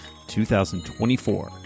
2024